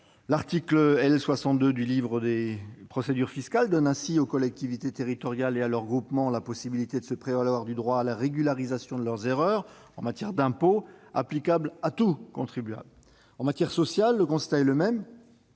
L'article L. 62 du livre des procédures fiscales donne ainsi aux collectivités territoriales et à leurs groupements la possibilité de se prévaloir du droit à la régularisation de leurs erreurs en matière d'impôts, applicable à tout contribuable. En matière sociale, le constat est le même,